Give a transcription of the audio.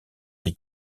des